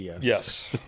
Yes